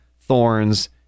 thorns